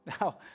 Now